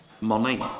money